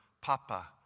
Papa